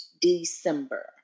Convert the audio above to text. December